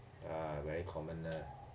ya very common lah